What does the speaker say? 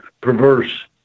perverse